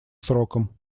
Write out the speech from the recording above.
сроком